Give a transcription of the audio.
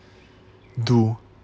do